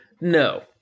no